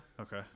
Okay